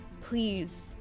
Please